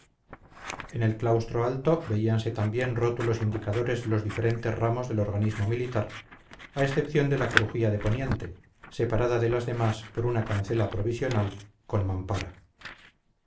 en el claustro alto veíanse también rótulos indicadores de los diferentes ramos del organismo militar a excepción de la crujía de poniente separada de las demás por una cancela provisional con mampara